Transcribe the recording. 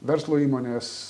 verslo įmonės